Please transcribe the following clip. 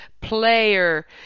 player